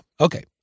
Okay